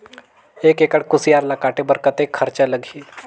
एक एकड़ कुसियार ल काटे बर कतेक खरचा लगही?